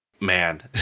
man